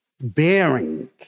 Bearing